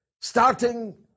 starting